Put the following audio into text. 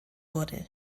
wurde